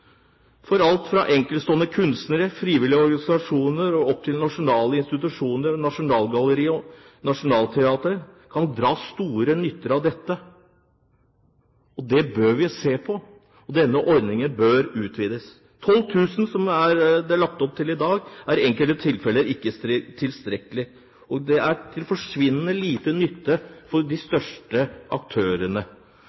Alt fra enkeltstående kunstnere, frivillige organisasjoner og nasjonale institusjoner som Nasjonalgalleriet og Nationaltheatret kan dra stor nytte av dette. Det bør vi se på, og denne ordningen bør utvides. 12 000 kr, som det er lagt opp til i dag, er i enkelte tilfeller ikke tilstrekkelig, og det er til forsvinnende liten nytte for de